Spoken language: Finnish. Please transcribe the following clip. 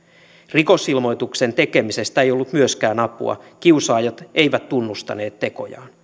rikosilmoituksen tekemisestä ei ollut myöskään apua kiusaajat eivät tunnustaneet tekojaan